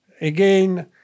again